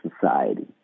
society